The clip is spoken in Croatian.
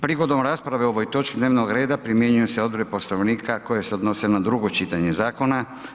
Prigodom rasprave o ovoj točki dnevnog reda primjenjuju se odredbe Poslovnika koje se odnose na drugo čitanje zakona.